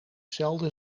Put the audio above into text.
zelden